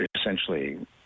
essentially